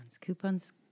coupons